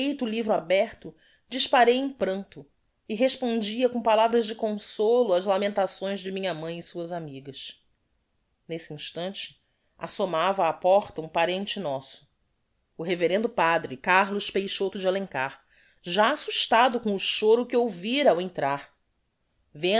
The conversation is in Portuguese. o livro aberto disparei em pranto e respondia com palavras de consolo ás lamentações de minha mãe e suas amigas nesse instante assomava á porta um parente nosso o revd padre carlos peixoto de alencar já assustado com o choro que ouvira ao